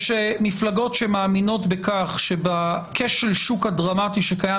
מפלגות שמאמינות בכך שבכשל השוק הדרמטי שקיים